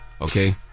okay